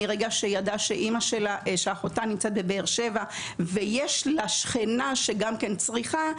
מרגע שהיא ידעה שאחותה נמצאת בבאר שבע ויש לה שכנה שגם צריכה,